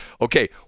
okay